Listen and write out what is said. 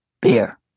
Beer